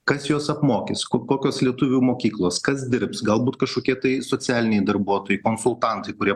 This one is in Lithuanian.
kas juos apmokys kokios lietuvių mokyklos kas dirbs galbūt kažkokie tai socialiniai darbuotojai konsultantai kurie